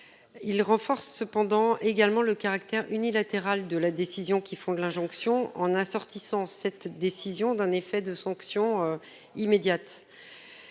Il renforce cependant également le caractère unilatéral de la décision qui font que l'injonction en assortissant cette décision d'un effet de sanctions immédiates.